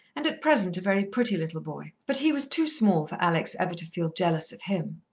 and at present a very pretty little boy. but he was too small for alex ever to feel jealous of him.